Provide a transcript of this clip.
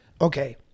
Okay